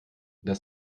dass